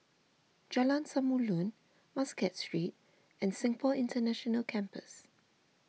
Jalan Samulun Muscat Street and Singapore International Campus